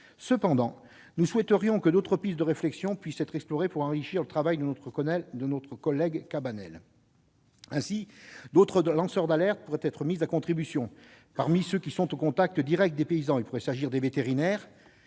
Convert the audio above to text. Cependant, nous souhaiterions que d'autres pistes de réflexion puissent être explorées, pour enrichir le travail de notre collègue Cabanel. Ainsi, d'autres lanceurs d'alerte pourraient être mis à contribution, parmi ceux qui sont au contact direct des paysans. Il pourrait s'agir des vétérinaires,